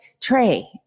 Trey